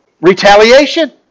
retaliation